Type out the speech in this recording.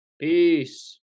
peace